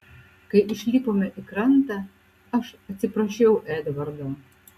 kai išlipome į krantą aš atsiprašiau edvardo